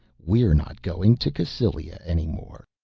we're not going to cassylia any more!